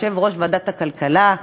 יושב-ראש ועדת הכלכלה,